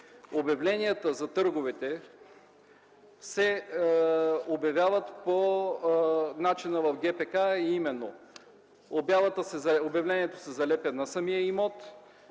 обявленията за търговете се разгласяват по начина в ГПК, а именно: обявлението се залепя на самия имот,